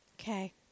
Okay